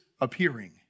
appearing